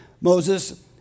Moses